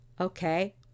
okay